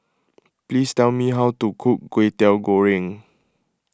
please tell me how to cook Kway Teow Goreng